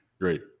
great